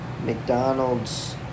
McDonald's